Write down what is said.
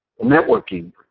Networking